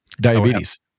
Diabetes